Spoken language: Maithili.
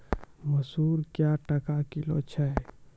मसूर क्या टका किलो छ?